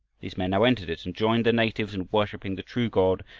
these men now entered it and joined the natives in worshiping the true god,